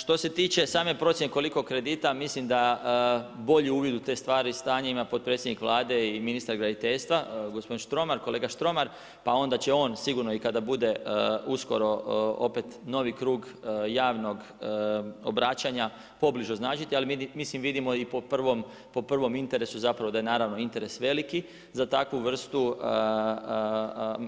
Što se tiče same procjene koliko kredita, mislim da bolji uvid u te stvari i stanje ima potpredsjednik Vlade i ministar graditeljstva gospodin Štromar, pa onda će onda on sigurno i kada bude uskoro opet novi krug javnog obraćanja, pobliže označiti, ali mislim vidimo i po prvom interesu zapravo da je naravno, interes veliki za takvu vrstu